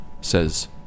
says